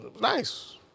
nice